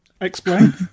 Explain